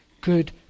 good